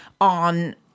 on